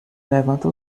levanta